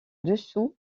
dessous